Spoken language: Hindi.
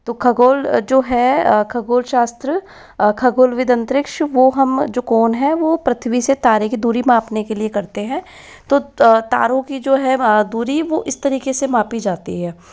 तो खगोल जो है खगोल शास्त्र खगोल विध अंतरिक्ष वो हम जो कौन है वो पृथ्वी से तारे की दूरी मापने के लिए करते हैं तो तारों की जो है दूरी वो इस तरीके से मापी जाती है